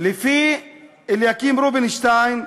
לפי אליקים רובינשטיין,